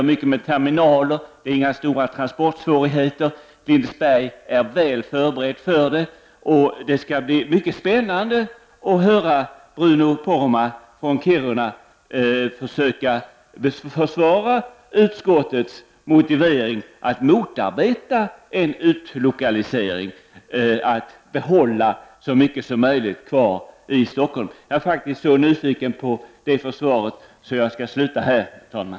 Man använder sig av terminaler och det finns inga större transportsvårigheter. I Lindesberg är man väl förberedd för denna utflyttning. Det skall bli mycket spännande att höra Bruno Poromaa från Kiruna försöka försvara utskottets motivering när det gäller att motarbeta en utlokalisering av denna verksamhet till Lindesberg och i stället behålla den i Stockholm. Jag är så nyfiken på svaret att jag slutar nu, herr talman.